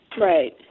Right